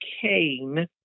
Cain